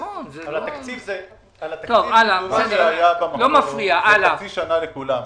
במקור זה היה חצי שנה לכולם.